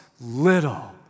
little